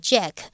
Jack